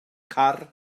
car